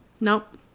Nope